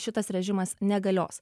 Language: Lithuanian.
šitas režimas negalios